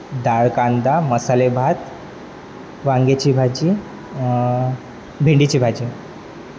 डाळ कांदा मसाले भात वांग्याची भाजी भेंडीची भाजी